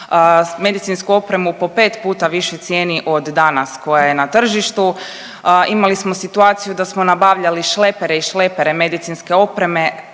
medicinsku opremu po pet puta višoj cijeni od danas koja je na tržištu, imali smo situaciju da smo nabavljali šlepere i šlepere medicinske opreme